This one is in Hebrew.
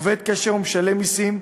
עובד קשה ומשלם מסים,